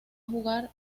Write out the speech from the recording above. jugar